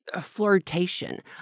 flirtation